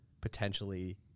potentially